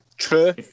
True